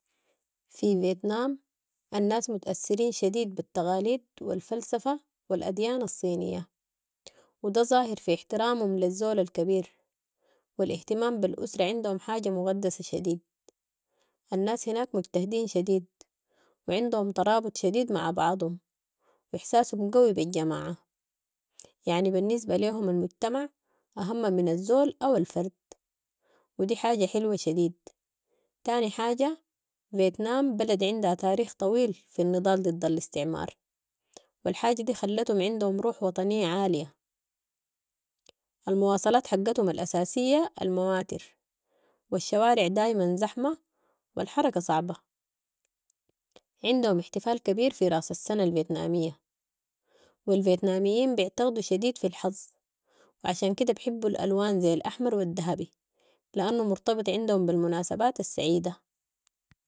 في فيتنام، الناس مت اثرين شديد بالتقاليد و الفلسفة و الاديان الصينية و ده ظاهر في احترامهم للزول الكبير و الاهتمام بالاسرة عندهم حاجة مقدسة شديد، الناس هناك مجتهدين شديد و عندهم ترابط شديد مع بعضهم و احساسهم قوي بالجماعة، يعني بالنسبة ليهم المجتمع اهم من الزول او الفرد و دي حاجة حلوة شديد، تاني حاجة فيتنام بلد عندها تاريخ طويل في النضال ضد الاستعمار و الحاجة دي خلتهم عندهم روح وطنية عالية. المواصلات حقتهم الاساسية المواتر و الشوارع دايما زحمة و الحركة صعبة. عندهم احتفال كبير في راس السنة الفيتنامية و الفيتناميين بعتقدوا شديد في الحظ و عشان كدة بحبوا الالوان زي ال احمر و الدهبي لانو مرتبط عندهم بالمناسبات السعيدة.